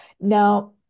Now